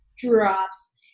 drops